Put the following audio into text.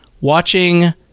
watching